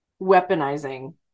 weaponizing